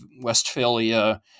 Westphalia